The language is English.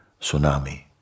tsunami